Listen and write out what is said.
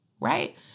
right